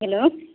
hello